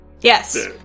Yes